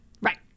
Right